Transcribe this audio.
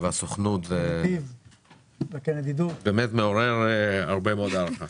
והסוכנות זה באמת מעורר הרבה מאוד הערכה.